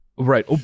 Right